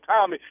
Tommy